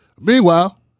Meanwhile